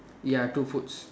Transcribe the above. ya two foods